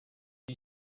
the